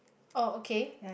oh okay